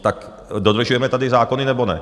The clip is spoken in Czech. Tak dodržujeme tady zákony, nebo ne?